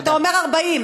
אתה אומר 40,